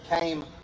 came